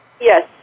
Yes